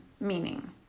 meaning